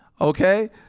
Okay